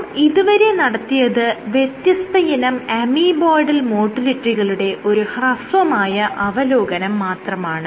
നാം ഇതുവരെ നടത്തിയത് വ്യത്യസ്തയിനം അമീബോയ്ഡൽ മോട്ടിലിറ്റികളുടെ ഒരു ഹ്രസ്വമായ അവലോകനം മാത്രമാണ്